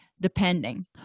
depending